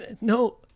No